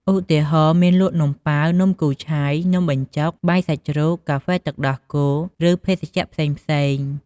ឧទាហរណ៍ មានលក់នំប៉ាវ នំគូឆាយ នំបញ្ចុក បាយសាច់ជ្រូក កាហ្វេទឹកដោះគោ ឬភេសជ្ជៈផ្សេងៗ។